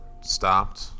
stopped